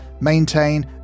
maintain